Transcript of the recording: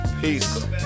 peace